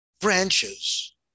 branches